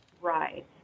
Right